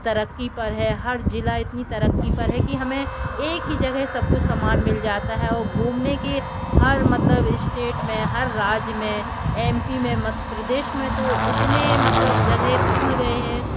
तरक़्क़ी पर है हर ज़िला इतनी तरक़्क़ी पर है कि हमें एक ही जगह सब कुछ सामान मिल जाता है और घुमने की हर मतलब इस्टेट में हर राज्य में एम पी में मध्य प्रदेश में तो इतनी मतलब जगह खुल गई है